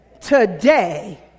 today